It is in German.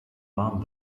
warm